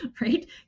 right